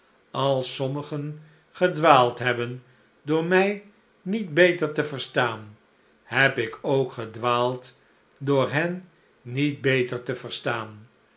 als sommigen gedwaald hebben door mij niet beter te verstaan heb ik ook gedwaald door hen niet beter te verstaan